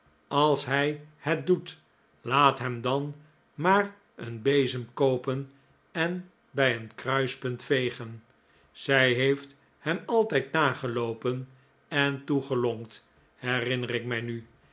als hij het doet laat hem dan maar een bezem koopen en bij een kruispunt vegen zij heeft hem altijd nageloopen en toegelonkt herinner ik mij nu